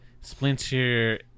Splinter